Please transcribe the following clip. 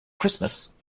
christmas